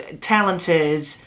talented